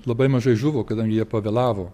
labai mažai žuvo kadangi jie pavėlavo